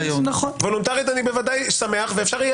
וולונטרית אני ודאי שמח ואפשר יהיה